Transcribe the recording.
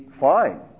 fine